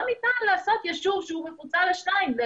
לא ניתן לעשות יישוב שהוא מפוצל לשניים.